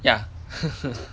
ya (uh huh)